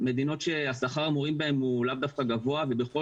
מדינות ששכר המורים בהם הוא לא דווקא גבוה ובכל